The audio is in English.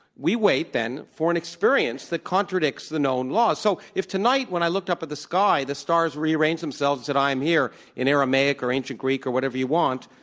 we wait then for an experience that contradicts the known laws. so if tonight when i looked up at the sky, the stars rearranged themselves that i am here in aramaic or ancient greek or whatever you want,